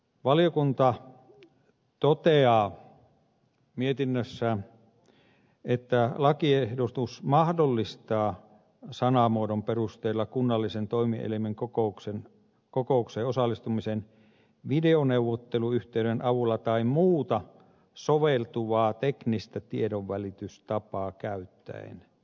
valiokunta toteaa mietinnössään että lakiehdotus mahdollistaa sanamuodon perusteella kunnallisen toimielimen kokoukseen osallistumisen videoneuvotteluyhteyden avulla tai muuta soveltuvaa teknistä tiedonvälitystapaa käyttäen